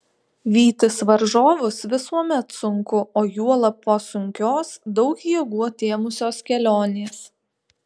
vytis varžovus visuomet sunku o juolab po sunkios daug jėgų atėmusios kelionės